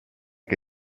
che